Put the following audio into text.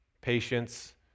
patience